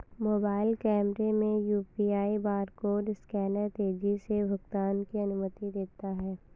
mobile कैमरे में UPI barcode scanner तेजी से भुगतान की अनुमति देता है